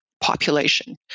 population